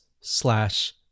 slash